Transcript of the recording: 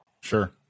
Sure